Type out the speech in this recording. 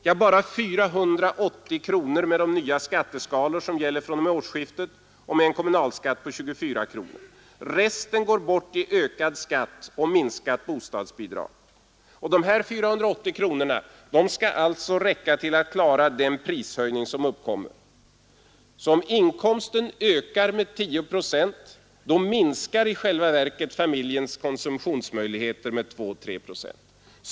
Jo, bara 480 kronor med de nya skatteskalor som gäller fr.o.m. årsskiftet och med en kommunalskatt på 24 kronor. Resten går bort i ökad skatt och minskat bostadsbidrag. Dessa 480 kronor skall räcka till att klara de prishöjningar som kommer. Så om inkomsten ökar med 10 procent minskar i själva verket familjens konsumtionsmöjligheter med 2—3 procent.